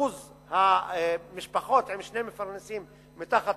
אחוז המשפחות עם שני מפרנסים מתחת